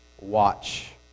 watch